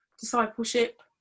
discipleship